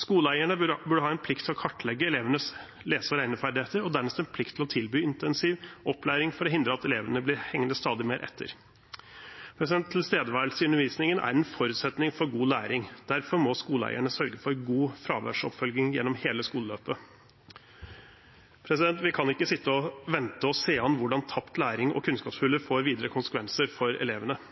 Skoleeierne burde ha en plikt til å kartlegge elevenes lese- og regneferdigheter og dernest en plikt til å tilby intensiv opplæring for å hindre at elevene blir hengende stadig mer etter. Tilstedeværelse i undervisningen er en forutsetning for god læring. Derfor må skoleeierne sørge for god fraværsoppfølging gjennom hele skoleløpet. Vi kan ikke sitte og vente og se an hvordan tapt læring og kunnskapshuller får videre konsekvenser for elevene.